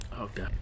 Okay